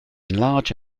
large